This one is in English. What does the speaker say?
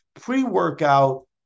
pre-workout